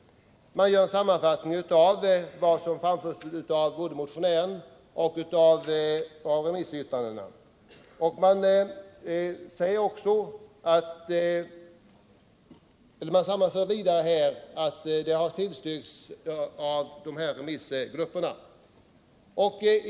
I betänkandet görs en sammanfattning av vad som framförts såväl i motionerna som i remissyttrandena, och utskottet säger att remissgrupperna har tillstyrkt motionerna.